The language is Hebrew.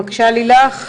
בבקשה לילך.